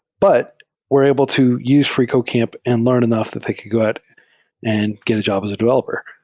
but were able to use freecodecamp and learn enough that they could go out and get a job as a developer.